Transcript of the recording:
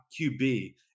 QB